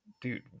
dude